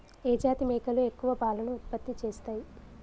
ఏ జాతి మేకలు ఎక్కువ పాలను ఉత్పత్తి చేస్తయ్?